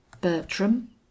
Bertram